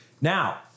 Now